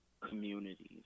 communities